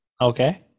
Okay